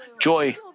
joy